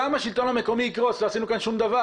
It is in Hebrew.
גם השלטון המקומי יקרוס ואז לא עשינו כאן דבר.